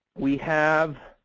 we have